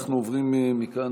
אנחנו עוברים מכאן,